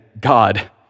God